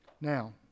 Now